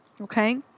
Okay